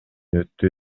өттү